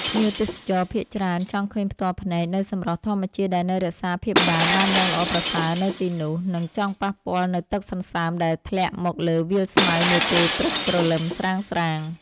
ភ្ញៀវទេសចរភាគច្រើនចង់ឃើញផ្ទាល់ភ្នែកនូវសម្រស់ធម្មជាតិដែលនៅរក្សាភាពដើមបានយ៉ាងល្អប្រសើរនៅទីនោះ និង ចង់ប៉ះពាល់នូវទឹកសន្សើមដែលធ្លាក់មកលើវាលស្មៅនាពេលព្រឹកព្រលឹមស្រាងៗ។